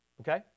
okay